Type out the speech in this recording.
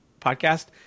podcast